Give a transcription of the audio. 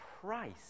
price